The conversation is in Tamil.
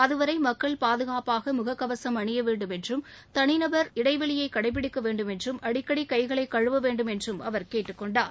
அதுவரை மக்கள் பாதுகாப்பாக முகக்கவசம் அணிய வேண்டும் என்றும் சமூக இடைவெளியை கடைபிடிக்க வேண்டும் அடிக்கடி கைக் கழுவ வேண்டும் என்றும் அவர் கேட்டுக் கொண்டார்